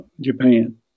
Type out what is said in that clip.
Japan